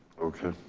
okay.